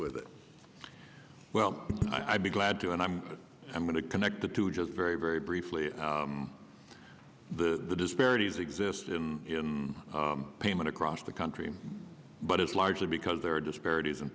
with it well i'd be glad to and i'm i'm going to connect the two just very very briefly the disparities exist in payment across the country but it's largely because there are disparities in